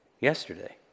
yesterday